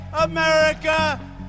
America